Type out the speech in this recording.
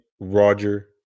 Roger